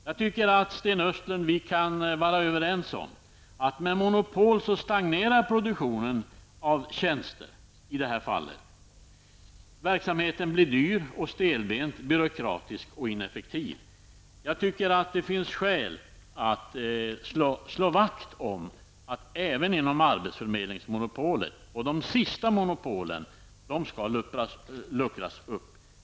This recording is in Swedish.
Jag tycker, Sten Östlund, att vi kan vara överens om att med monopolet stagnerar produktionen av tjänster i det här fallet. Verksamheten blir dyr, stelbent, byråkratisk och ineffektiv. Jag tycker att det finns skäl att se till att arbetsförmedlingsmonopolet, och de sista monopolen, skall luckras upp.